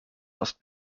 must